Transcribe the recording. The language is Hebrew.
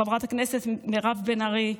חברת הכנסת מירב בן ארי,